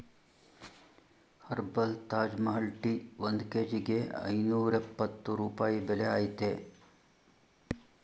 herbal Taj Mahal tea ಒಂದ್ ಕೇಜಿಗೆ ಐನೂರ್ಯಪ್ಪತ್ತು ರೂಪಾಯಿ ಬೆಲೆ ಅಯ್ತೇ